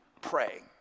pray